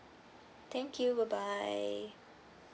thank you bye bye